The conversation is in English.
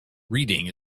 reading